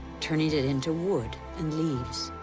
turning it into wood and leaves,